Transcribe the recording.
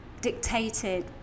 dictated